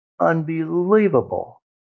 unbelievable